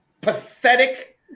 pathetic